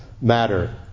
matter